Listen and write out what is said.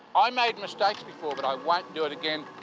ah made mistakes before, but i won't do it again.